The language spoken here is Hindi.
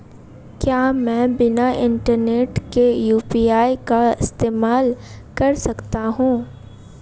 क्या मैं बिना इंटरनेट के यू.पी.आई का इस्तेमाल कर सकता हूं?